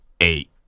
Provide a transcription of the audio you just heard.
eight